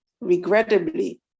regrettably